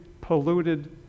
polluted